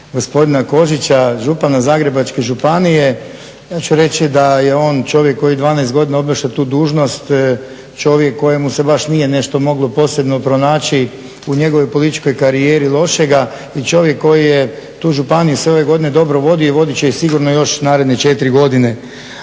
gospodina Kožića, župana Zagrebačke županije. Ja ću reći da je on čovjek koji 12 godina obnaša tu dužnost, čovjek kojemu se baš nije nešto moglo posebno pronaći u njegovoj političkoj karijeri lošega i čovjek koji je tu županiju sve ove godine dobro vodio i vodit će ih sigurno još naredne 4 godine.